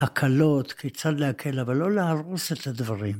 הקלות, כיצד להקל, אבל לא להרוס את הדברים.